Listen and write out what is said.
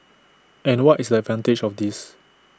and what is the advantage of this